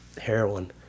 heroin